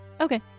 Okay